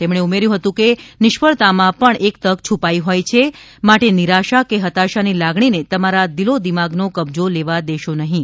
તેમણે ઉમેર્યું હતું કે નિષ્ફળતા માં પણ એક તક છુપાઈ હોય છે માટે નિરાશા કે હતાશા ની લાગણી ને તમારા દિલોદિમાગ નો કબ્જો લેવા દેશો નહીં